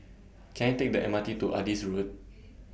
Can I Take The M R T to Adis Road